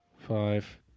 Five